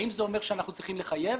האם זה אומר שאנחנו צריכים לחייב?